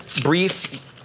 brief